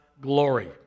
glory